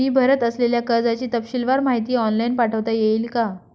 मी भरत असलेल्या कर्जाची तपशीलवार माहिती ऑनलाइन पाठवता येईल का?